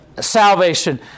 salvation